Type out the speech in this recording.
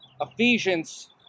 Ephesians